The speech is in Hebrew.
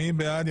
מי בעד?